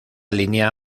línea